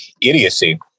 idiocy